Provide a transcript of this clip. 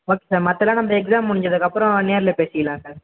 okay sir மற்றதெல்லாம் நம்ம exam முடிஞ்சதுக்கப்புறம் நேரில் பேசிக்கலாம் சார்